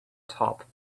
top